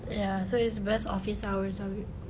ya so it's best office hours ah babe